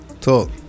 Talk